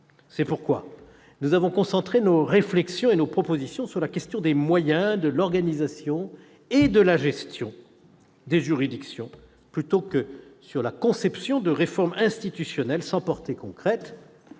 C'est pourquoi nous avons concentré nos réflexions et nos propositions sur la question des moyens, de l'organisation et de la gestion des juridictions plutôt que sur la conception de réformes institutionnelles sans portée concrète